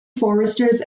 foresters